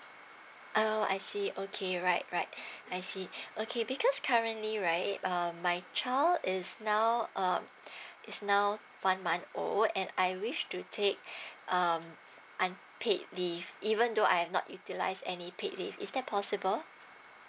orh I see okay right right I see okay because currently right um my child is now um is now one month old and I wish to take um unpaid leave even though I've not utilize any paid leave is that possible